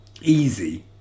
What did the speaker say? Easy